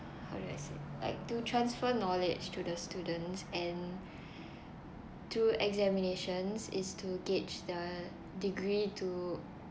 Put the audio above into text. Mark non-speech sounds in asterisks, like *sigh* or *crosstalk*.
how do I say it to transfer knowledge to the students and *breath* to examinations is to gauge the degree to